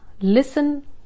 listen